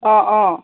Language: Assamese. অঁ অঁ